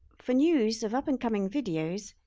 for news of up and coming videos,